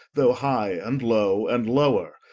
though high, and low, and lower,